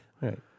Right